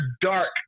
dark